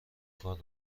کار